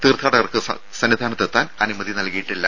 തീർത്ഥാടകർക്ക് സന്നിധാനത്തെത്താൻ അനുമതി നൽകിയിട്ടില്ല